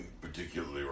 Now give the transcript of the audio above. particularly